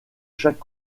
chaque